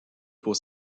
pour